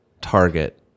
target